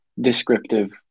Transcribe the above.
descriptive